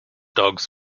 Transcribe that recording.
dogs